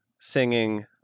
singing